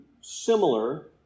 similar